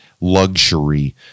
luxury